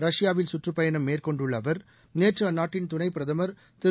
ரஷ்பாவில் சுற்றுப் பயணம் மேற்கொண்டுள்ள அவர் நேற்று அந்நாட்டின் துணைப் பிரதமர் திரு